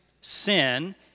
sin